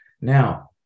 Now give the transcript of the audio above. Now